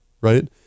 right